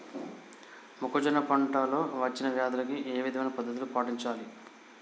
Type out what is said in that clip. మొక్కజొన్న పంట లో వచ్చిన వ్యాధులకి ఏ విధమైన పద్ధతులు పాటించాలి?